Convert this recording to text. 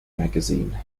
magazine